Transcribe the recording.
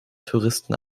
touristen